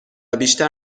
بیشتر